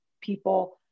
people